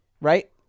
Right